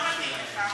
לא מתאים לך.